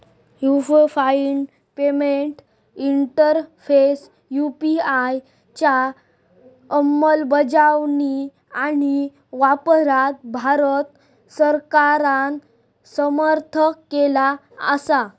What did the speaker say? unified payments interface UPI च्या अंमलबजावणी आणि वापराक भारत सरकारान समर्थन केला असा